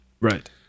Right